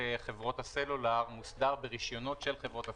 חברות הסלולר מוסדר ברישיונות של חברות הסלולר,